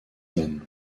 men